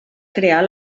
crear